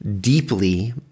deeply